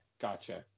Gotcha